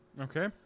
Okay